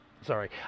Sorry